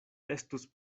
estus